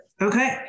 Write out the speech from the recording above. okay